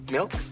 Milk